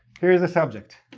here is the subject